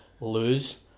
lose